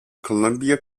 columbia